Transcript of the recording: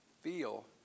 feel